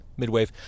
midwave